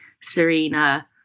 Serena